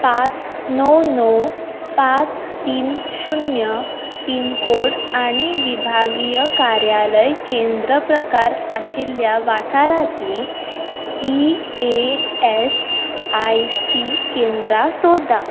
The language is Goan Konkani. पाच णव णव पाच तीन शुन्य पिनकोड आनी विभागीय कार्यालय केंद्र प्रकार आशिल्ल्या वाठारांतली E A S I C केंद्रां सोदा